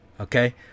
okay